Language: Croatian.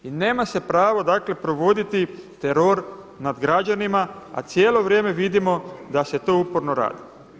I nema se pravo dakle provoditi teror nad građanima a cijelo vrijeme vidimo da se to uporno radi.